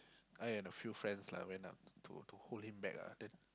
I and a few friend lah went up to to hold him back ah then